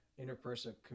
interpersonal